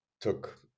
took